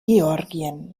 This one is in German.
georgien